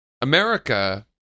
America